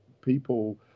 people